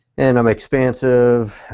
and i'm expansive,